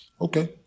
okay